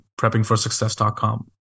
PreppingForSuccess.com